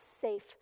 safe